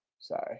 sorry